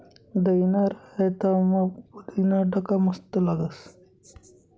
दहीना रायतामा पुदीना टाका मस्त लागस